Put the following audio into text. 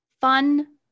fun